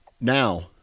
now